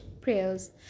prayers